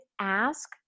ask